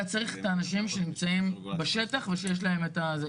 אתה צריך את האנשים שנמצאים בשטח ושיש להם את הזה.